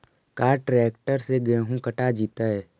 का ट्रैक्टर से गेहूं कटा जितै?